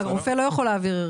הרופא לא יכול להעביר,